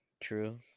True